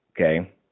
Okay